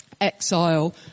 exile